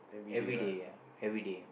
everyday ya everyday